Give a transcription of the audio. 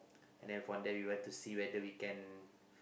and then from there we want to see whether we can